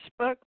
Facebook